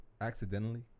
accidentally